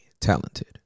talented